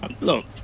look